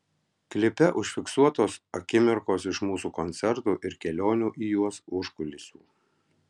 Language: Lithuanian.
klipe užfiksuotos akimirkos iš mūsų koncertų ir kelionių į juos užkulisių